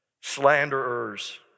slanderers